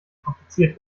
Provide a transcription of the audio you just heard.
kompliziert